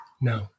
no